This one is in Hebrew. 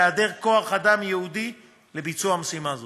בהיעדר כוח-אדם ייעודי לביצוע משימה זו.